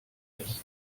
sich